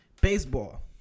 Baseball